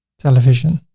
television,